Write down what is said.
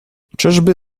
czyżby